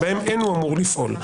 שבהם אין הוא אמור לפעול.